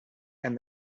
and